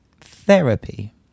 therapy